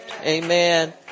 Amen